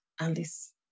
Alice